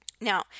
Now